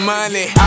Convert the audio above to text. Money